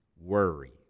Worry